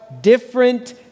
different